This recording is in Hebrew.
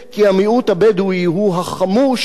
כי המיעוט הבדואי הוא החמוש,